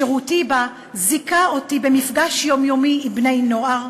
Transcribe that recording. שירותי בה זיכה אותי במפגש יומיומי עם בני-נוער,